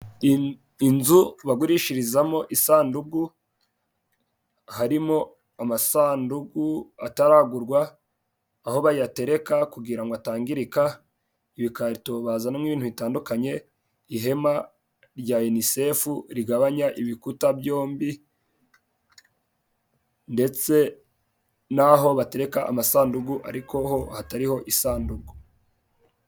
Inzu bagurishirizamo isandugu harimo amasandugu ataragurwa aho bayatereka kugira ngo atangirika, ibikarito bazanamo ibintu bitandukanye ihema rya INISEFU rigabanya ibikuta byombi, ndetse naho batekareka amasandugu ariko ho hatariho isanduku.